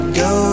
go